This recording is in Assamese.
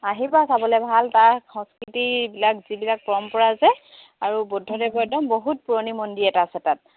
আহিবা চাবলৈ ভাল তাৰ সংস্কৃতিবিলাক যিবিলাক পৰম্পৰা যে আৰু বৌদ্ধদেৱৰ একদম বহুত পুৰণি মন্দিৰ এটা আছে তাত